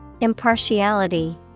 Impartiality